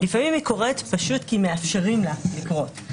לפעמים היא קורית פשוט כי מאפשרים לה לקרות,